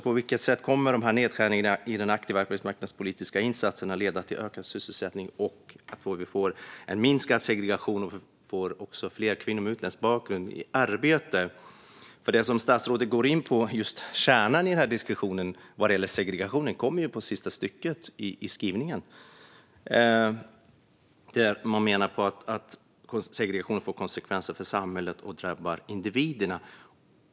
På vilket sätt kommer dessa nedskärningar i de aktiva arbetsmarknadspolitiska insatserna att leda till ökad sysselsättning, till minskad segregation och till att fler kvinnor med utländsk bakgrund kommer i arbete? Det som statsrådet går in på - kärnan i diskussionen vad gäller segregationen - kommer ju i det sista stycket i skrivningen, där man menar att segregation får konsekvenser för samhället och drabbar individerna.